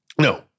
No